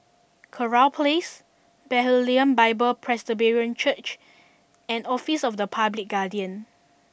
Kurau Place Bethlehem Bible Presbyterian Church and Office of the Public Guardian